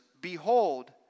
behold